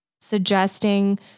suggesting